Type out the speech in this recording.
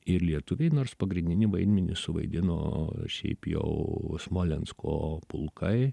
ir lietuviai nors pagrindinį vaidmenį suvaidino šiaip jau smolensko pulkai